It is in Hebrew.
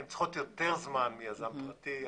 הן צריכות יותר זמן מיזם פרטי.